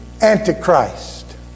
Antichrist